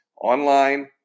online